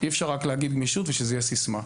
אי-אפשר רק להגיד גמישות ושזו תהיה סיסמה.